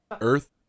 Earth